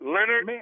Leonard